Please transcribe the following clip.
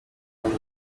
yombi